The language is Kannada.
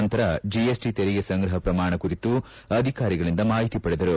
ನಂತರ ಜೆಎಸ್ಟಿ ತೆರಿಗೆ ಸಂಗ್ರಹ ಪ್ರಮಾಣ ಕುರಿತು ಅಧಿಕಾರಿಗಳಿಂದ ಮಾಹಿತಿ ಪಡೆದರು